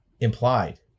implied